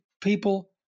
people